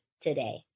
today